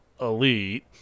Elite